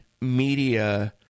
media